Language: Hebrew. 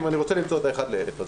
ואני רוצה למצוא את האחד ל-1,000 הזה,